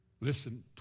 Listen